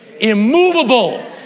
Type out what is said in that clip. immovable